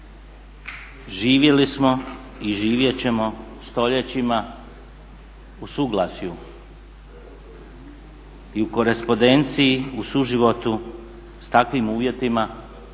živjeli smo i živjeti ćemo stoljećima u suglasju i u korespondenciji, u suživotu sa takvim uvjetima